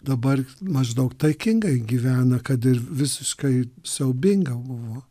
dabar maždaug taikingai gyvena kad ir visiškai siaubinga buvo